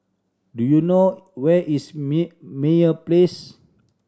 do you know where is Meyer Place